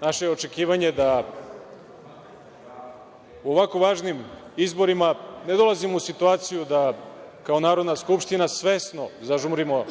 naše očekivanje je da u ovako važnim izborima ne dolazimo u situaciju kao Narodna skupština svesno zažmurimo